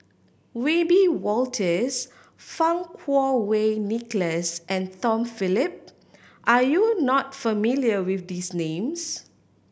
Wiebe Wolters Fang Kuo Wei Nicholas and Tom Phillip are you not familiar with these names